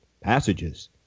Passages